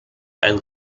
and